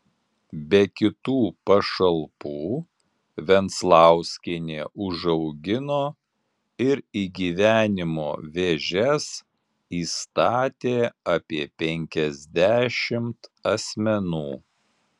be kitų pašalpų venclauskienė užaugino ir į gyvenimo vėžes įstatė apie penkiasdešimt asmenų